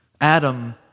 Adam